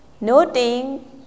noting